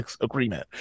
agreement